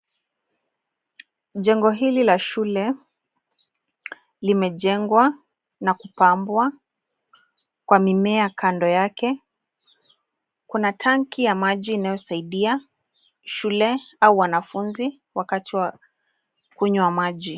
Jengo hili la shule limejengwa na kupambwa kwa mimea kando yake. Kuna tanki ua maji inayosaidia shule au wanafunzi wakati wa kunywa maji.